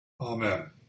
Amen